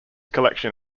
collection